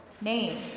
name